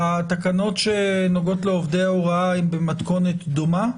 התקנות שנוגעות לעובדי הוראה הן במתכונת דומה?